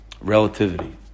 Relativity